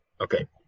Okay